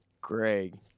Greg